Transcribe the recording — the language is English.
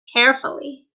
carefully